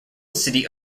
city